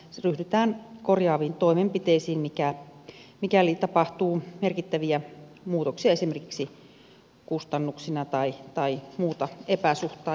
se ryhdytään korjaaviin toimenpiteisiin mikäli tapahtuu merkittäviä muutoksia esimerkiksi kustannuksina tai muuta epäsuhtaa